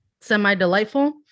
semi-delightful